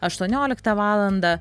aštuonioliktą valandą